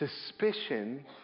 suspicion